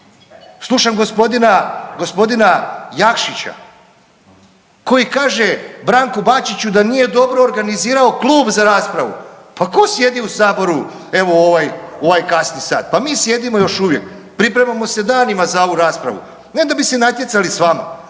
Slušam gospodina, g. Jakšića koji kaže Branku Bačiću da nije dobro organizirao klub za raspravu, pa ko sjedi u saboru evo u ovaj, u ovaj kasni sat, pa mi sjedimo još uvijek, pripremamo se danima za ovu raspravu ne da bi se natjecali s vama